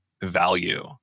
value